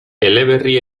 eleberri